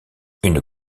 une